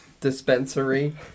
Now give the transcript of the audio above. dispensary